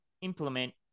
implement